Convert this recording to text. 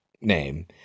name